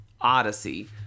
Odyssey